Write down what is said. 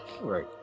Right